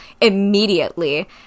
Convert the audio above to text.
immediately